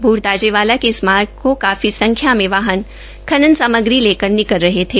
भूड ताजेवाला के इस मार्ग से काफी संख्या में खनन सामग्री लेकर वाहन निकल रहे थे